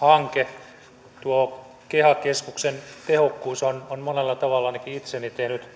hanke tuo keha keskuksen tehokkuus on on monella tavalla ainakin itseeni tehnyt